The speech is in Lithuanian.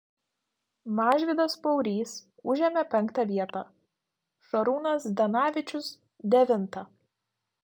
mažvydas paurys užėmė penktą vietą šarūnas zdanavičius devintą